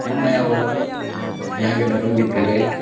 ᱱᱚᱜᱼᱚᱭ ᱟᱵᱚ ᱡᱟᱦᱟᱸ ᱜᱮ ᱫᱷᱚᱨᱚᱢ ᱵᱷᱤᱛᱤᱨ ᱨᱮ